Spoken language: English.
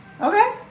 Okay